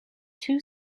two